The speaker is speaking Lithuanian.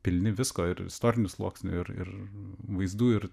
pilni visko ir istorinių sluoksnių ir ir vaizdų ir